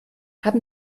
haben